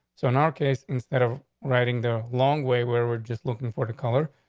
so in our case, instead of writing the long way where we're just looking for the color,